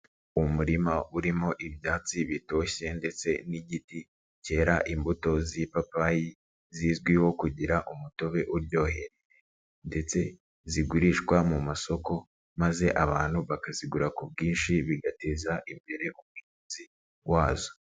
Umurima urimo ibyatsi bitoshye ndetse n'igiti cyera imbuto z'ipapayi zizwiho kugira umutobe uryohera, ndetse zigurishwa mu masoko maze abantu bakazigura ku bwinshi bigateza imbere umuhinzi wazo.